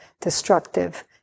destructive